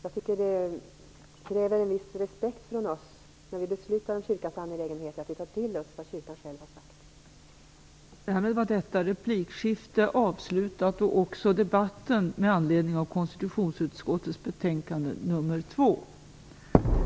Det krävs en viss respekt från oss när vi beslutar om kyrkans angelägenheter och att vi tar till oss vad kyrkan själv har sagt.